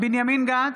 בנימין גנץ,